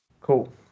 Cool